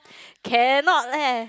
cannot eh